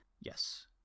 Yes